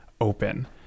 open